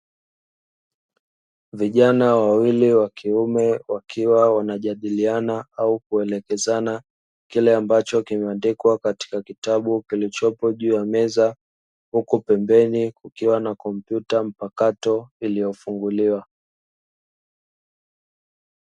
Vijana wawili wa kiume, wakiwa wanajadiliana au kuelekezana kile ambacho kimeandikwa katika kitabu kilichopo juu ya meza. Huku pembeni kukiwa na kompyuta mpakato iliyofunguliwa.